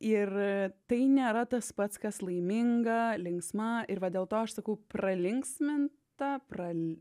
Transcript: ir tai nėra tas pats kas laiminga linksma ir va dėl to aš sakau pralinksminta pral